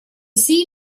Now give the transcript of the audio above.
sea